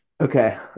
Okay